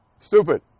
stupid